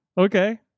Okay